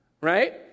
Right